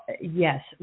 yes